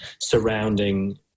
surrounding